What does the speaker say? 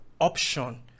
option